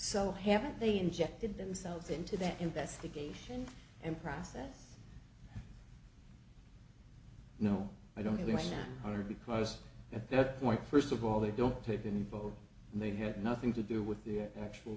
so haven't they injected themselves into that investigation and process no i don't really want to because at that point first of all they don't take any vote and they had nothing to do with their actual